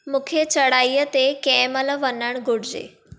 मूंखे चढ़ाईअ ते कंहिं महिल वञणु घुरिजे